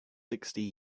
sixty